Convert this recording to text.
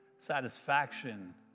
satisfaction